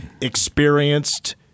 experienced